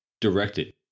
directed